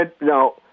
Now